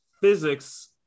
physics